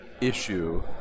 issue